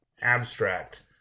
Abstract